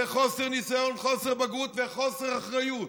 זה חוסר ניסיון, חוסר בגרות וחוסר אחריות.